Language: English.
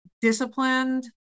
disciplined